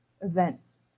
events